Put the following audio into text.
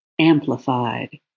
amplified